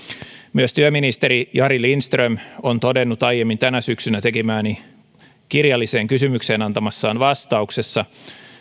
myös työministeri jari lindström on todennut aiemmin tänä syksynä tekemääni kirjalliseen kysymykseen antamassaan vastauksessa